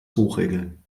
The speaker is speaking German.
hochregeln